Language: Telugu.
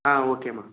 ఓకే అమ్మ